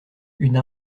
une